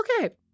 okay